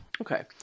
Okay